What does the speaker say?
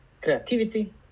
creativity